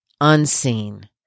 unseen